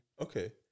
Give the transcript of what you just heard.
Okay